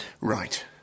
Right